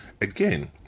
again